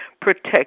Protect